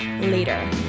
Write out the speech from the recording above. later